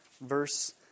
verse